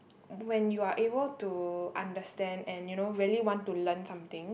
when you are able to understand and you know really want to learn something